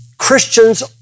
Christians